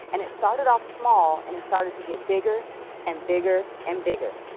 and it started off small and it started to get bigger and bigger and bigger.